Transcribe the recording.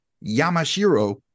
Yamashiro